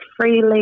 freely